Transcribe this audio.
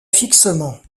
fixement